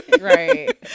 Right